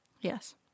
yes